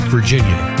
Virginia